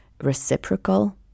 reciprocal